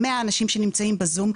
ה-100 שנמצאים בזום,